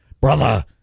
Brother